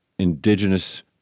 indigenous